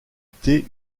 été